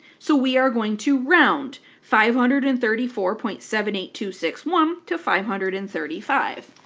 so we are going to round five hundred and thirty four point seven eight two six one to five hundred and thirty five.